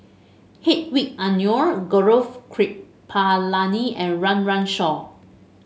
Hedwig Anuar Gaurav Kripalani and Run Run Shaw